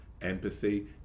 empathy